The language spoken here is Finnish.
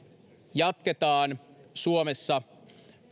jatketaan suomessa